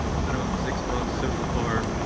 it's been about six bucks so far.